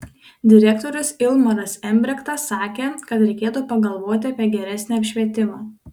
direktorius ilmaras embrektas sakė kad reikėtų pagalvoti apie geresnį apšvietimą